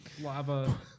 Lava